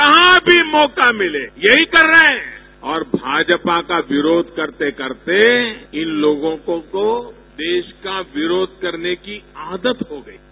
जहां भी मौका मिले यही कर रहे हैं और भाजपा का विरोध करते करते इन लोगों को देश का विरोध करने की आदत हो गयी है